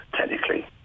technically